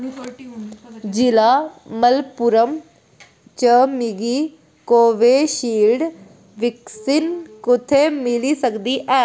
जि'ला मलप्पुरम च मिगी कोविशील्ड वैक्सीन कु'त्थै मिली सकदी ऐ